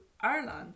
Ireland